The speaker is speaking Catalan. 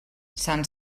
sant